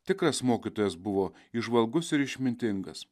tikras mokytojas buvo įžvalgus ir išmintingas